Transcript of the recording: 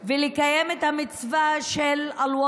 מי טהרה) ולקיים את המצווה של (אומרת